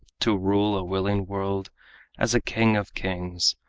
to rule a willing world as king of kings.